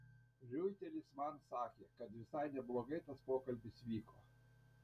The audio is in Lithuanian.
riuitelis man sakė kad visai neblogai tas pokalbis vyko